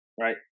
right